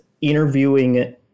interviewing